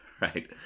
Right